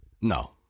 No